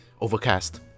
Overcast